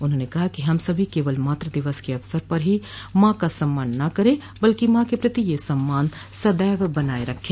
उन्होंने कहा हम सभी केवल मातु दिवस के अवसर पर ही मां का सम्मान न करें बल्कि मां के प्रति यह सम्मान सदैव बनाये रखें